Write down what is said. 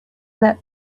that